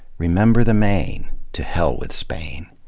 remember the maine! to hell with spain!